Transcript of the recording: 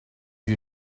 you